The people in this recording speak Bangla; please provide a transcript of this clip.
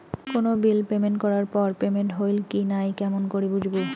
কোনো বিল পেমেন্ট করার পর পেমেন্ট হইল কি নাই কেমন করি বুঝবো?